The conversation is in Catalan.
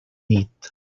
nit